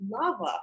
lava